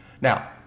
Now